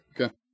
okay